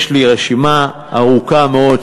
יש לי רשימה ארוכה מאוד,